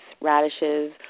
radishes